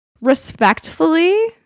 respectfully